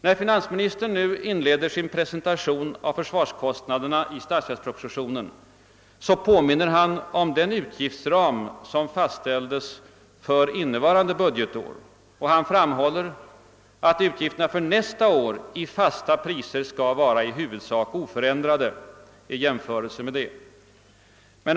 När finansministern inleder sin presentation av statsverkspropositionen, påminner han om den utgiftsram som fastställdes för innevarande budgetår och framhåller att utgifterna för nästa år i fasta priser skulle vara i huvudsak oförändrade i jämförelse därmed.